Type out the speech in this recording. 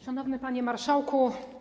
Szanowny Panie Marszałku!